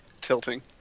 tilting